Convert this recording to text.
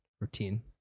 Routine